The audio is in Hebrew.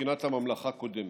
בבחינת "הממלכה קודמת".